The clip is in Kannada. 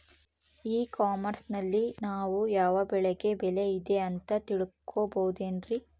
ಇ ಕಾಮರ್ಸ್ ನಲ್ಲಿ ನಾವು ಯಾವ ಬೆಳೆಗೆ ಬೆಲೆ ಇದೆ ಅಂತ ತಿಳ್ಕೋ ಬಹುದೇನ್ರಿ?